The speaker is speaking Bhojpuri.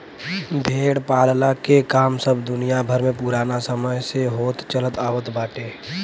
भेड़ पालला के काम सब दुनिया भर में पुराना समय से होत चलत आवत बाटे